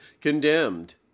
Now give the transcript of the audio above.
condemned